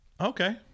Okay